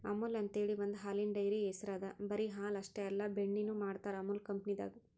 ಅಮುಲ್ ಅಂಥೇಳಿ ಒಂದ್ ಹಾಲಿನ್ ಡೈರಿ ಹೆಸ್ರ್ ಅದಾ ಬರಿ ಹಾಲ್ ಅಷ್ಟೇ ಅಲ್ಲ ಬೆಣ್ಣಿನು ಮಾಡ್ತರ್ ಅಮುಲ್ ಕಂಪನಿದಾಗ್